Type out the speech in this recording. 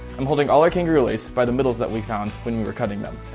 i'm holding all our kangaroo lace by the middles that we found when we were cutting them.